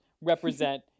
represent